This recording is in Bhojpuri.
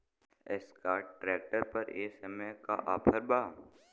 एस्कार्ट ट्रैक्टर पर ए समय का ऑफ़र बा?